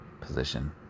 position